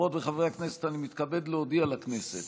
חברות וחברי הכנסת, אני מתכבד להודיע לכנסת